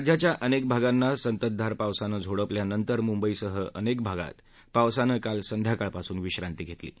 राज्याच्या अनेक भागांना संततधार पावसानं झोडपल्यानंतर मुंबईसह अनेक भागांत पावसानं काल संध्याकाळपासून विश्रांती घेतली आहे